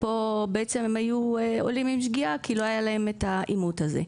ופה בעצם הם היו עולים עם שגיאה כי לא היה להם את האימות הזה.